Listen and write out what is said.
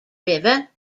river